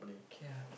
K ah